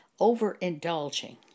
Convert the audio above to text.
overindulging